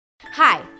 Hi